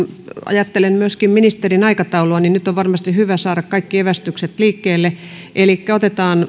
ajattelen myöskin ministerin aikataulua niin että nyt on varmasti hyvä saada kaikki evästykset liikkeelle